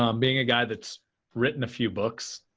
um being a guy that's written a few books,